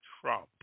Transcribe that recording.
Trump